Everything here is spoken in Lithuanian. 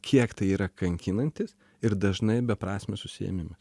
kiek tai yra kankinantis ir dažnai beprasmis užsiėmimas